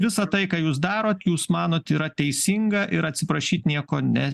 visa tai ką jūs darot jūs manot yra teisinga ir atsiprašyt nieko ne